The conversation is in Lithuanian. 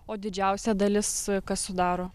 o didžiausia dalis kas sudaro